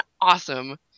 awesome